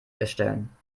erstellen